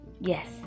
yes